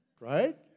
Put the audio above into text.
Right